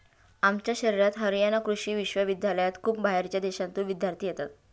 आमच्या शहरात हरयाणा कृषि विश्वविद्यालयात खूप बाहेरच्या देशांतून विद्यार्थी येतात